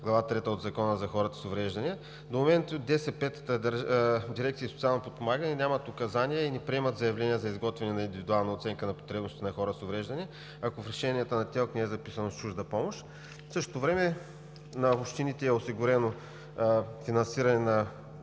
Глава трета от Закона за хората с увреждания. В момента Дирекция „Социално подпомагане“ няма указания и не приема заявления за изготвяне на индивидуална оценка на потребностите на хора с увреждания, ако в решенията на ТЕЛК не е записано „с чужда помощ“. В същото време на общините е осигурено финансиране на